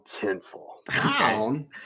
tinsel